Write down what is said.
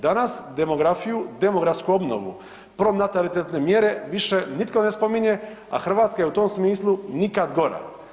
Danas demografiju, demografsku obnovu, pronatalitetne mjere više nitko ne spominje, a Hrvatska je u tom smislu nikad gora.